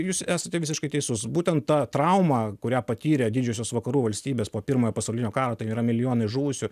jūs esate visiškai teisus būtent ta trauma kurią patyrė didžiosios vakarų valstybės po pirmojo pasaulinio karo tai yra milijonai žuvusių